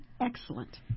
excellent